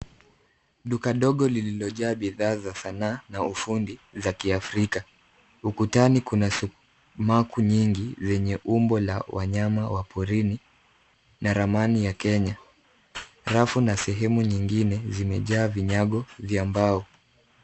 Duka dogo lililojaa bidhaa za sana na ufundi za kiafrika. Ukutani kuna sumaku nyingi zenye umbo la wanyama wa porini na ramani ya Kenya. Rafu na sehemu nyingine zimejaa vinyago vya mbao.